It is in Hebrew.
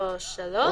או (3),